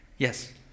Yes